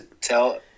tell